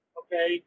okay